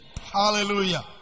Hallelujah